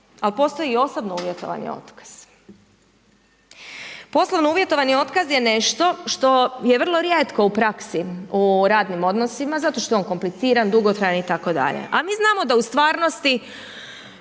ali postoji i osobno uvjetovani otkaz. Poslovno uvjetovani otkaz je nešto što je vrlo rijetko u praksi u radnim odnosima zato što je on kompliciran, dugotrajan itd. A mi znamo da u stvarnosti